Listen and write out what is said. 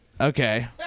Okay